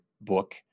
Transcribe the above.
book